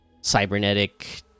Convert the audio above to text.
cybernetic